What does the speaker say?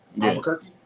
Albuquerque